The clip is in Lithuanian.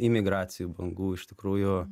imigracijų bangų iš tikrųjų